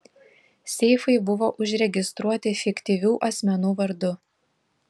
seifai buvo užregistruoti fiktyvių asmenų vardu